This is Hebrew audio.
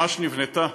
ממש נבנתה,